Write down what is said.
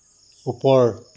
ওপৰ